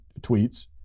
tweets